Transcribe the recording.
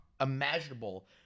imaginable